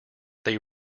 they